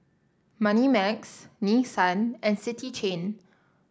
Moneymax Nissan and City Chain